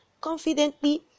confidently